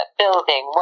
building